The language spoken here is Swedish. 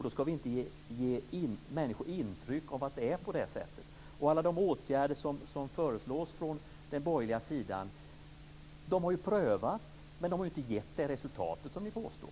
Då skall vi inte ge människor intryck av att det är på det sättet. Alla de åtgärder som föreslås från den borgerliga sidan har ju prövats, men de har inte gett det resultat som ni påstår.